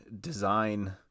design